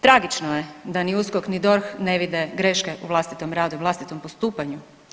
Tragično je da ni USKOK ni DORH ne vide greške u vlastitom radu, vlastitom postupanju.